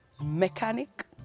mechanic